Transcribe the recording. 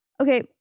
Okay